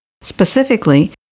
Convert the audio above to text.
Specifically